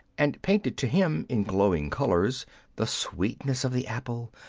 and painted to him in glowing colours the sweetness of the apple,